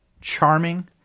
charming